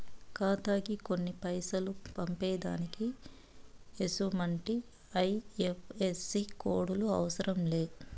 ఖాతాకి కొన్ని పైసలు పంపేదానికి ఎసుమంటి ఐ.ఎఫ్.ఎస్.సి కోడులు అవసరం లే